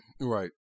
Right